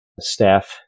staff